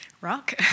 rock